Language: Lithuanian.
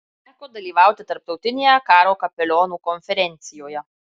teko dalyvauti tarptautinėje karo kapelionų konferencijoje